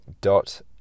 dot